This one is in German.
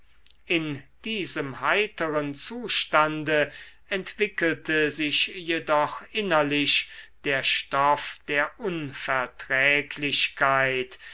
in diesem heiterern zustande entwickelte sich jedoch innerlich der stoff der unverträglichkeit